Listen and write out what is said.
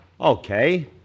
Okay